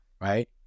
right